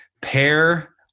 Pair